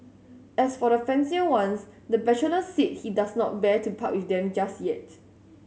as for the fancier ones the bachelor said he does not bear to part with them just yet